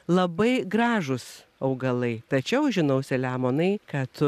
labai gražūs augalai tačiau žinau selemonai kad